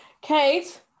Kate